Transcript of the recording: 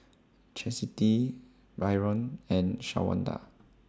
Chastity Brion and Shawnda